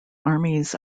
armies